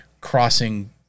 crossing